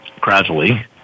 gradually